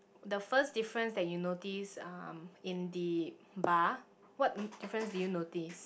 the first difference that you notice um in the bar what difference do you notice